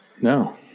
no